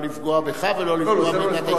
לא לפגוע בך ולא לפגוע בדת האסלאם,